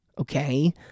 okay